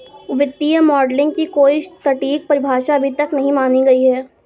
वित्तीय मॉडलिंग की कोई सटीक परिभाषा अभी तक नहीं मानी गयी है